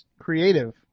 creative